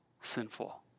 sinful